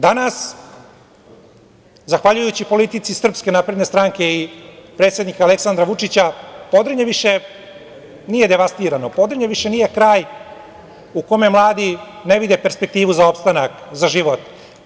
Danas, zahvaljujući politici SNS i predsednika Aleksandra Vučića, Podrinje više nije devastirano, Podrinje više nije kraj u kome mladi ne vide perspektivu za opstanak, za život.